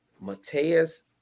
Mateus